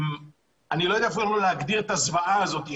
אני אפילו לא יודע איך להגדיר את הזוועה בבת ים.